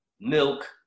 milk